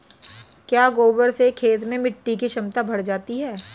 क्या गोबर से खेत में मिटी की क्षमता बढ़ जाती है?